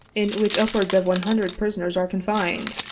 in which upwards of one hundred prisoners are confined,